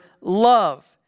love